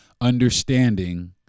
understanding